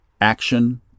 action